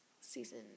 season